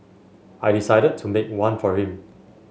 I decided to make one for him